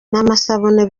n’amasabune